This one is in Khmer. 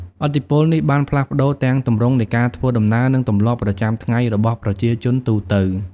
ឥទ្ធិពលនេះបានផ្លាស់ប្តូរទាំងទម្រង់នៃការធ្វើដំណើរ និងទម្លាប់ប្រចាំថ្ងៃរបស់ប្រជាជនទូទៅ។